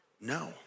no